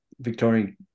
Victorian